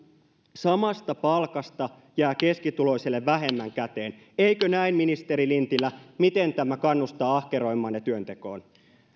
samasta palkasta jää keskituloiselle vähemmän käteen eikö näin ministeri lintilä miten tämä kannustaa ahkeroimaan ja työntekoon